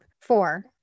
four